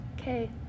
Okay